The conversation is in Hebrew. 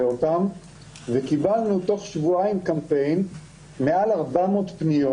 אותם וקיבלנו תוך שבועיים של קמפיין מעל 400 פניות.